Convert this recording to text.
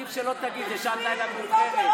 עדיף שלא תגיב בשעת לילה מאוחרת.